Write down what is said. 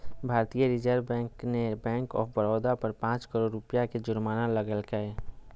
भारतीय reserve bank ने bank of Baroda पर पांच करोड़ रुपया के जुर्माना लगैलके